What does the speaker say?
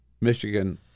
Michigan